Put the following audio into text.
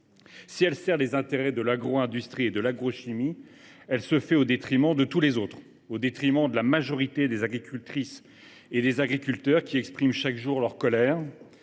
si elle sert les intérêts de l’agro industrie et de l’agrochimie, elle se fait au détriment de tous les autres. Au détriment de la majorité des agricultrices et des agriculteurs qui expriment chaque jour leur colère